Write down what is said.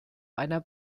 einer